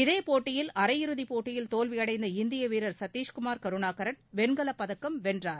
இதேபோட்டியில் அரையிறுதியில் போட்டியில் தோல்வியடைந்த இந்திய வீரர் சதீஷ்குமார் கருணாகரன் வெண்கலப்பதக்கம் வென்றார்